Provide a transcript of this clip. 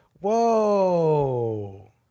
whoa